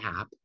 app